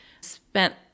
spent